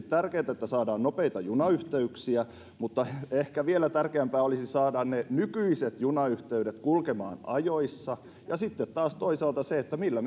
tärkeätä että saadaan nopeita junayhteyksiä mutta ehkä vielä tärkeämpää olisi saada ne nykyiset junayhteydet kulkemaan ajoissa sitten taas toisaalta millä